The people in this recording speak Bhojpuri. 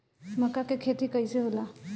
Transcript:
मका के खेती कइसे होला?